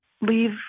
leave